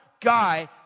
guy